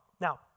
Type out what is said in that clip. Now